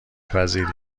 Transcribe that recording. پذیری